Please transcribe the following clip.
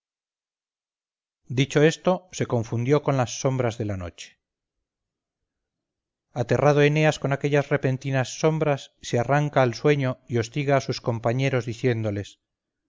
voluble dicho esto se confundió con las sombras de la noche aterrado eneas con aquellas repentinas sombras se arranca al sueño y hostiga a sus compañeros diciéndoles